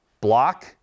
block